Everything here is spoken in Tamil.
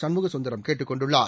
சண்முகசுந்தரம் கேட்டுக் கொண்டுள்ளார்